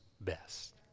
best